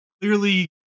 clearly